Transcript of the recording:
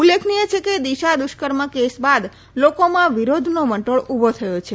ઉલ્લેખનીથ છે કે દિશા દુષ્કર્મ કેસ બાદ લોકોમાં વિરોધનો વંટોળ ઉભો થયો છે